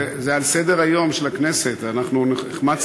זה על סדר-היום של הכנסת, אנחנו החמצנו,